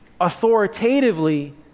authoritatively